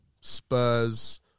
Spurs